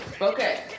Okay